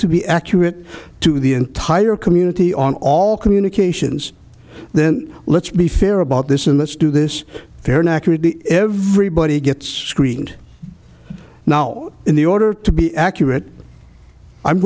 to be accurate to the entire community on all communications then let's be fair about this in let's do this fair and accurate everybody gets creamed now in the order to be accurate i'm